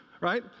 right